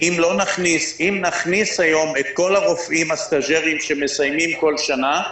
אם נכניס היום את כל הרופאים הסטז'רים שמסיימים בכל שנה,